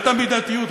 את המידתיות,